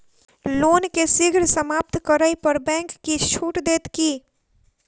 loan केँ शीघ्र समाप्त करै पर बैंक किछ छुट देत की